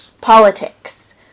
politics